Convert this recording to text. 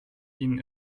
ihnen